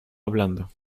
hablando